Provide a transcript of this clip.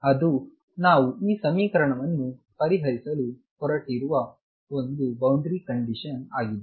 ಅದು ನಾವು ಈ ಸಮೀಕರಣವನ್ನು ಪರಿಹರಿಸಲು ಹೊರಟಿರುವ ಒಂದು ಬೌಂಡರಿ ಕಂಡೀಶನ್ಆಗಿದೆ